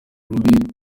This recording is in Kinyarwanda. rubi